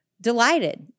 Delighted